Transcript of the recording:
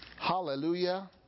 Hallelujah